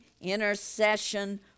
intercession